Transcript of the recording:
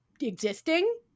existing